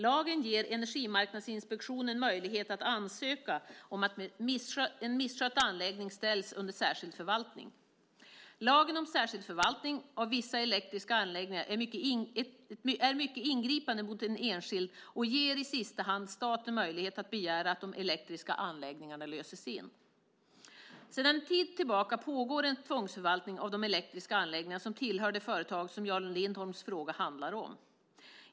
Lagen ger Energimarknadsinspektionen möjlighet att ansöka om att en misskött anläggning ställs under särskild förvaltning. Lagen om särskild förvaltning av vissa elektriska anläggningar är mycket ingripande mot en enskild och ger, i sista hand, staten möjlighet att begära att de elektriska anläggningarna löses in. Sedan en tid tillbaka pågår en tvångsförvaltning av de elektriska anläggningar som tillhör det företag som Jan Lindholms fråga handlar om.